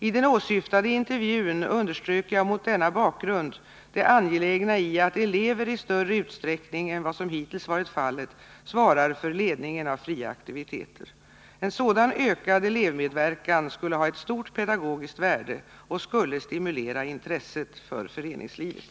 I den åsyftade intervjun underströk jag mot denna bakgrund det angelägna i att elever i större utsträckning än vad som hittills varit fallet svarar för ledningen av fria aktiviteter. En sådan ökad elevmedverkan skulle ha ett stort pedagogiskt värde och skulle stimulera intresset för föreningslivet.